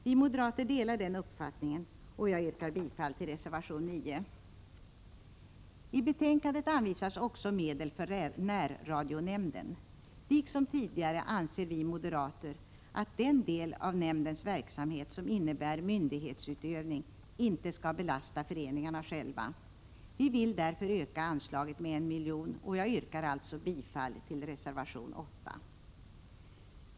Vi moderater delar den uppfattningen, och jag yrkar bifall till reservation 9. I betänkandet anvisas också medel för närradionämnden. Liksom tidigare anser vi moderater att den del av nämndens verksamhet som innebär myndighetsutövning inte skall belasta föreningarna själva. Vi vill därför öka anslaget med 1 miljon, och jag yrkar alltså bifall till reservation 8.